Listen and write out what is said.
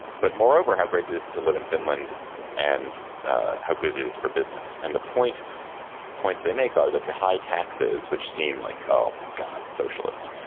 but moreover, how great it is to live in finland and how good it is for business. and the point points they make are that the high taxes, which seem like, oh, my god, socialist,